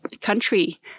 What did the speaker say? country